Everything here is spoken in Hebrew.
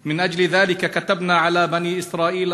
להלן תרגומם: לפיכך כתבנו בספר לבני ישראל,